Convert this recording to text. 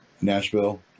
Nashville